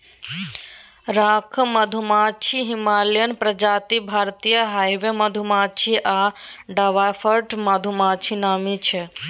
rock मधुमाछी, Himalayan प्रजाति, भारतीय हाइब मधुमाछी आ डवार्फ मधुमाछी नामी छै